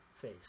face